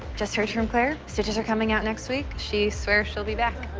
just heard from claire. stitches are coming out next week. she swears she'll be back.